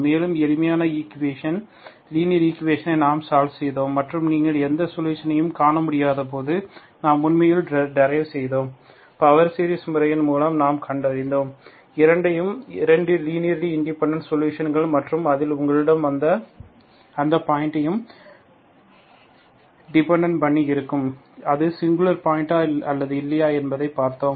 மேலும் எளிமையான equation linear ஈக்குவேஷனை நாம் சால்வ் செய்தோம் மற்றும் நீங்கள் எந்த சொலுஷனையும் காணமுடியாதபோது நாம் உண்மையில் டெரைவ் செய்தோம் பவர் சீரிஸ் முறையின் மூலம் நாம் கண்டறிந்தோம் இரண்டையும் 2 லீனியர் இண்டிபெண்டன்ட் சொலுஷன்கள் மற்றும் அதில் உங்களிடம் அந்த பாயிண்ட்டை டிபண்ட் பண்ணி இருக்கும் அது சிங்குலர் பாயிண்டா அல்லது இல்லையா என்பதைப் பார்த்தோம்